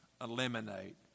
eliminate